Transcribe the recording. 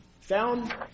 found